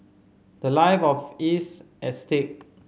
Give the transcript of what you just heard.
the life of is at stake